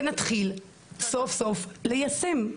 ונתחיל סוף-סוף ליישם,